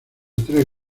tres